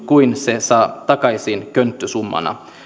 kuin se saa takaisin könttäsummana